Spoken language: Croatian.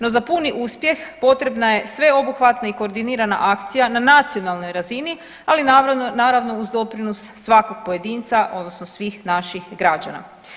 No, za puni uspjeh potrebna je sveobuhvatna i koordinirana akcija na nacionalnoj razini, ali naravno uz doprinos svakog pojedinca odnosno svih naših građana.